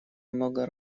много